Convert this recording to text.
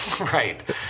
Right